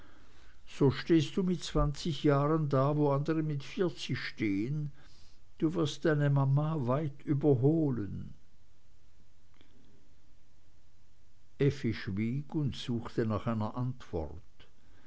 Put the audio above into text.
so stehst du mit zwanzig jahren da wo andere mit vierzig stehen du wirst deine mama weit überholen effi schwieg und suchte nach einer antwort